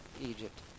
Egypt